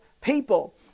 people